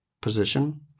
position